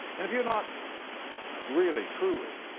and if you're not really truly,